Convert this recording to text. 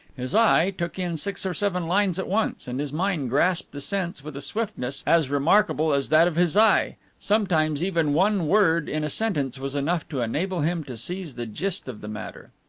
his eye took in six or seven lines at once, and his mind grasped the sense with a swiftness as remarkable as that of his eye sometimes even one word in a sentence was enough to enable him to seize the gist of the matter.